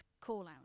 call-out